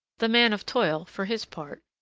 the man of toil, for his part,